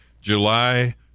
July